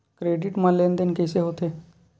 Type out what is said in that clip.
Credit मा लेन देन कइसे होथे?